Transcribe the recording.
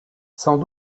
sans